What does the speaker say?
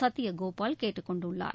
சத்யகோபால் கேட்டுக் கொண்டுள்ளார்